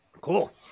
Cool